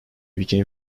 became